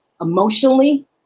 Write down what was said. emotionally